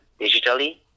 digitally